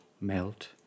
melt